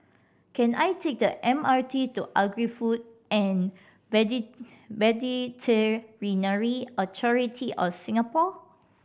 can I take the M R T to Agri Food and Authority of Singapore